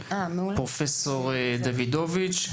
פרופ' דוידוביץ'.